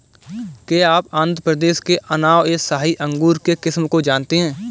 क्या आप आंध्र प्रदेश के अनाब ए शाही अंगूर के किस्म को जानते हैं?